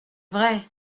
vrai